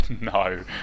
no